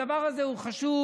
הדבר הזה הוא חשוב,